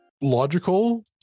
logical